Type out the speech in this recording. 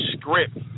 script